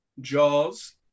jaws